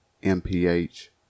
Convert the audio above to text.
mph